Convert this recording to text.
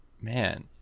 Man